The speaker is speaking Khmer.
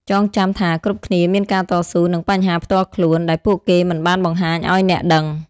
ចងចាំថាគ្រប់គ្នាមានការតស៊ូ និងបញ្ហាផ្ទាល់ខ្លួន ដែលពួកគេមិនបានបង្ហាញឲ្យអ្នកដឹង។